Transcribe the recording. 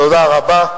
תודה רבה.